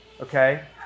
Okay